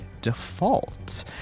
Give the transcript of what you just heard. default